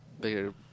bigger